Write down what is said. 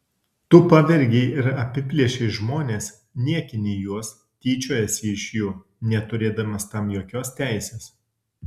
tu pavergei ir apiplėšei žmones niekini juos tyčiojiesi iš jų neturėdamas tam jokios teisės